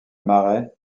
marais